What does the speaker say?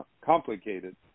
complicated